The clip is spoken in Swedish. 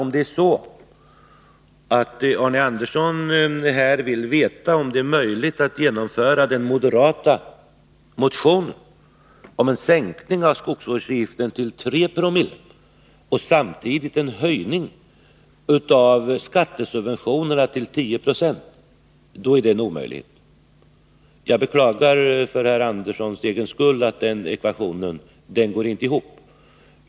Om det är så att Arne Andersson vill veta om det är möjligt att genomföra förslaget i den moderata motionen om en sänkning av skogsvårdsavgiften till 3 Joo och samtidigt en höjning av skattesubventionerna till 10 96, vill jag gärna svara att det är en omöjlighet. Jag beklagar för herr Anderssons egen skull att den ekvationen inte går ihop.